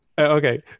Okay